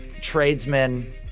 tradesmen